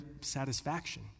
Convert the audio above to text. satisfaction